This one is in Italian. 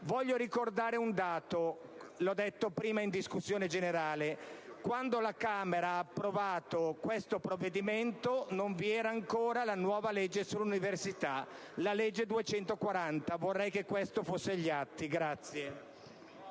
Voglio ricordare un dato che ho citato prima in discussione generale: quando la Camera ha approvato questo provvedimento non vi era ancora la nuova legge sull'università, la n. 240 del 2010: vorrei che ciò rimanesse agli atti. Per